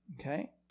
okay